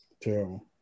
Terrible